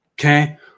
okay